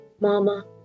Mama